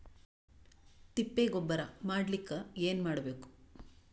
ತಿಪ್ಪೆ ಗೊಬ್ಬರ ಮಾಡಲಿಕ ಏನ್ ಮಾಡಬೇಕು?